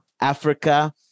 Africa